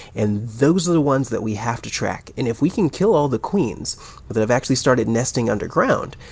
and those are the ones that we have to track. and if we can kill all the queens that have actually started nesting underground,